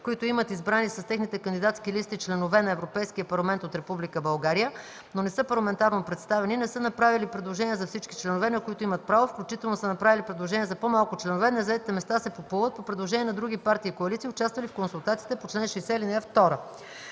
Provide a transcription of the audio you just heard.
които имат избрани с техните кандидатски листи членове на Европейския парламент от Република България, но не са парламентарно представени, не са направили предложения за всички членове, на които имат право, включително са направили предложения за по-малко членове, незаетите места се попълват по предложение на други партии и коалиции, участвали в консултациите по чл. 60, ал. 2.